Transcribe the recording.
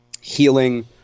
healing –